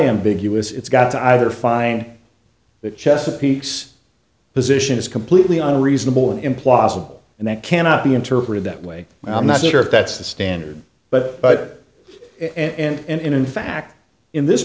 ambiguous it's got to either find that chesapeake's position is completely unreasonable implausible and that cannot be interpreted that way i'm not sure if that's the standard but but and in fact in this